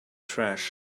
trash